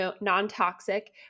non-toxic